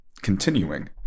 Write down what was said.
continuing